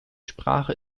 sprache